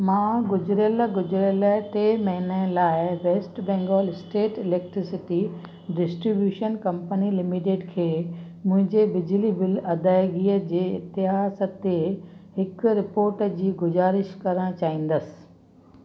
मां गुज़िरियल गुज़िरियल टे महिने लाइ West Bengal state electricity distribution company limited खे मुंहिंजे बिजली बिल अदाइगीअ जे इतिहास ते हिकु रिपोर्ट जी गुज़ारिश करणु चाहींदसि